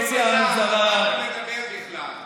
על מה אתה מדבר בכלל?